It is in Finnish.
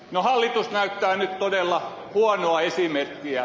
no hallitus näyttää nyt todella huonoa esimerkkiä